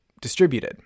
distributed